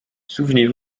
souvenez